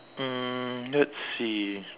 um let's see